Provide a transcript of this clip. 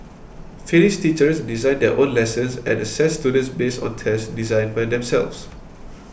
finnish teachers design their own lessons and assess students based on tests designed by themselves